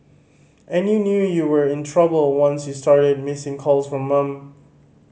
and you knew you were in trouble once you started missing calls from mum